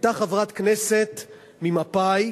היתה חברת כנסת ממפא"י,